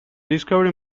discovery